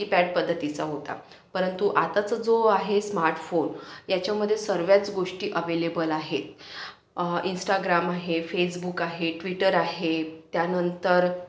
keypad पद्धतीचा होता परंतु आताचं जो आहे स्मार्टफोन याच्यामध्ये सर्वच गोष्टी अवेलेबल आहे इन्स्टाग्राम आहे फेसबुक आहे ट्विटर आहे त्यानंतर